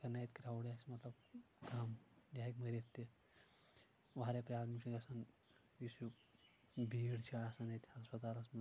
اگر نہٕ اتہِ کرٛاوُڈ آسہِ مطلب کم یہِ ہیٚکہِ مٔرِتھ تہِ واریاہ پرابلِم چھِ گژھان یُس یہِ بیٖڑ چھِ آسان اتہِ ہسپتالس منٛز